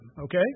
Okay